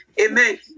Amen